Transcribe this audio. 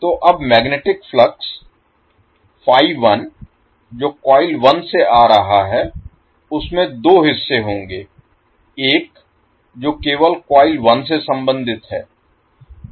तो अब magnetic flux जो कॉइल 1 से आ रहा है उसमें दो हिस्से होंगे एक जो केवल कॉइल 1 से सम्बंधित है